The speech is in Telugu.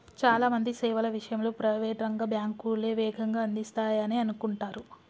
చాలా మంది సేవల విషయంలో ప్రైవేట్ రంగ బ్యాంకులే వేగంగా అందిస్తాయనే అనుకుంటరు